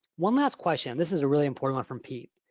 one last question, this is a really important one from pete.